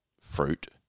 fruit